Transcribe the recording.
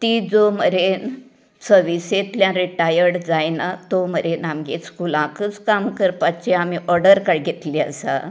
ती जो मेरेन सर्विसेंतल्यान रिटायर्ड जायना तो मेरेन आमगे स्कुलांतच काम करपाची आमी ऑर्डर का घेतली आसा